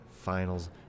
Finals